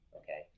okay